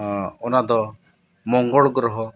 ᱚᱱᱟᱫᱚ ᱢᱚᱝᱜᱚᱞ ᱜᱨᱚᱦᱚ